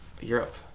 Europe